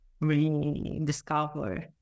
rediscover